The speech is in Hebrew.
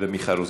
ומיכל רוזין.